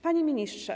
Panie Ministrze!